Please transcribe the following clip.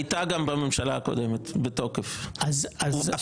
הייתה בתוקף גם בממשלה הקודמת.